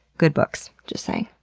good books. just saying.